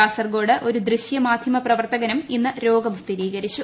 കാസർകോട് ഒരു ദൃശ്യമാധ്യമ പ്രവർത്തകനും ഇന്ന് രോഗം സ്ഥിരീകരിച്ചു